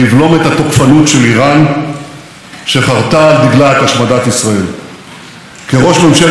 כראש ממשלת ישראל עמדתי לבדי מול כל מנהיגי המעצמות כנגד